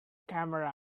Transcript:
camera